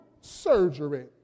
surgery